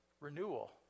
renewal